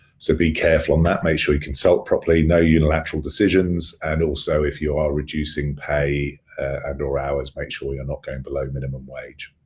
so, be careful on that, make sure you consult properly, know your lateral decisions. and also, if you are reducing pay and or hours, make sure you're not going below minimum wage.